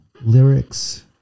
lyrics